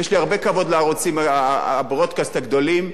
ויש לי הרבה כבוד לערוצי ה"ברודקאסט" הגדולים,